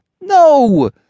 No